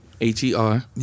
H-E-R